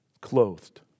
Clothed